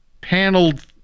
paneled